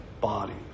bodies